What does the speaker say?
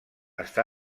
està